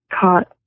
caught